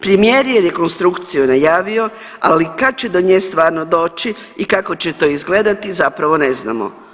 Premijer je rekonstrukciju najavio, ali kad će do nje stvarno doći i kako će to izgledati zapravo ne znamo.